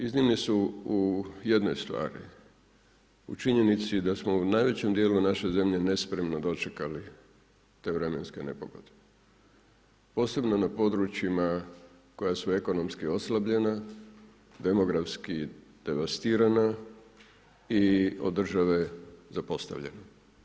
Iznimne su u jednoj stvari u činjenici da smo u najvećem dijelu naše zemlje nespremno dočekali te vremenske nepogode posebno na područjima koja su ekonomski oslabljena, demografski devastirana i od država zapostavljena.